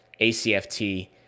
ACFT